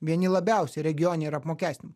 vieni labiausiai regione yra apmokestinami